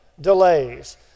delays